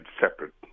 separate